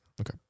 Okay